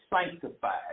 sanctified